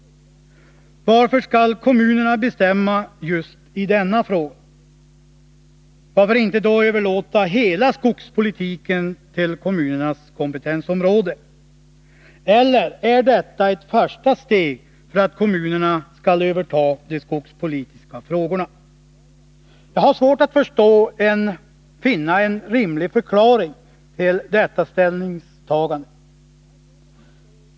Varför skall kommunerna bestämma just i denna fråga? Varför inte överlåta hela skogspolitiken till kommunernas kompetensområde? Eller är detta ett första steg för att kommunerna skall av bekämpningsöverta de skogspolitiska frågorna? Jag har svårt att finna en rimlig förklaring medel över skogstill detta ställningstagande.